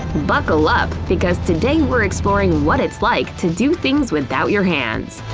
buckle up, because today we're exploring what it's like to do things without your hands.